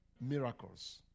Miracles